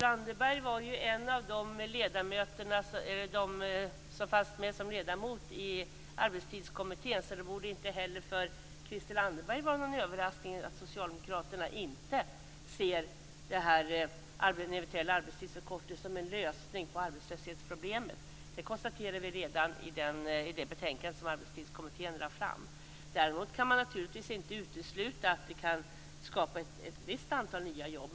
Fru talman! Christel Anderberg var en av ledamöterna i Arbetstidskommittén, så det borde inte heller för henne vara någon överraskning att vi socialdemokrater inte ser detta med en eventuell arbetstidsförkortning som en lösning på arbetslöshetsproblemet. Detta konstaterade vi redan i det betänkande som Arbetstidskommittén lade fram. Däremot kan det naturligtvis inte uteslutas att det kan skapa ett visst antal nya jobb.